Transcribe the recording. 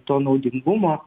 to naudingumo